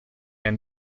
and